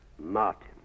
Martin